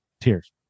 tears